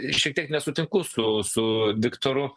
šiek tiek nesutinku su su viktoru